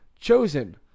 chosen